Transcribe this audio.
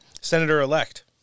senator-elect